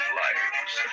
lives